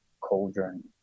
cauldron